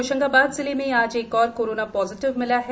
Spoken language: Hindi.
होशंगाबाद जिले में आज एक और कोरोना पॉजिटिव मिला है